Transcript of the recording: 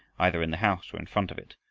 either in the house or in front of it,